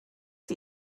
sie